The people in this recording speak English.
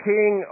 King